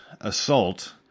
assault